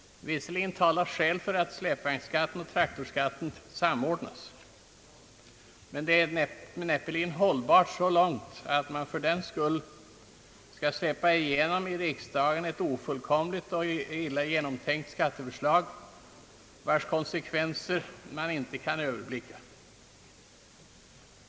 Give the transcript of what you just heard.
Visserligen talar skäl för att släpvagnsskatten och traktorskatten samordnas, men det är näppeligen hållbart så långt att man fördenskull i riksdagen skall släppa igenom ett ofullkomligt och illa genomtänkt skatteförslag, vars konsekvenser man inte kan överblicka.